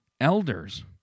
elders